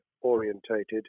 orientated